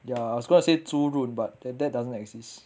ya I was gonna say 猪润 but that doesn't exist